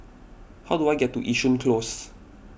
how do I get to Yishun Close